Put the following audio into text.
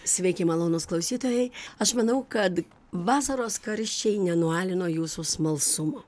sveiki malonūs klausytojai aš manau kad vasaros karščiai nenualino jūsų smalsumo